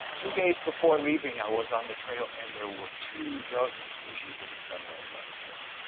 two days before leaving i was on the trail. and there were two dozen species of ephemerals on the trail.